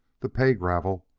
the pay-gravel,